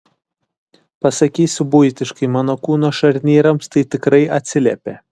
pasakysiu buitiškai mano kūno šarnyrams tai tikrai atsiliepia